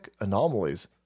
anomalies